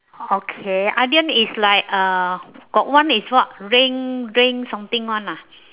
okay idiom is like uh got one is what rain rain something one lah